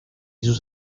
sus